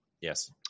yes